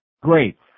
Great